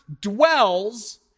dwells